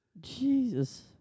Jesus